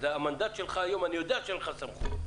המנדט שלך היום אני יודע שאין לך סמכות.